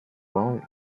born